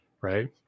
right